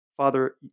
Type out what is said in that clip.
Father